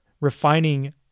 refining